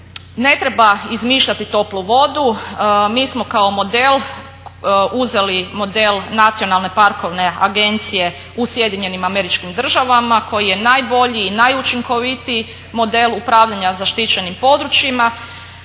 ne treba izmišljati toplu vodu, mi smo kao model uzeli model nacionalne parkovne agencije u Sjedinjenim Američkim državama koji je najbolji i najučinkovitiji model upravljanja zaštićenim područjima.